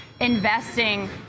investing